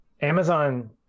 Amazon